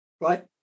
right